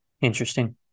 Interesting